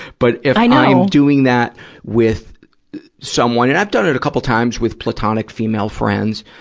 but, if i'm doing that with someone and i've done it a couple times with platonic female friends,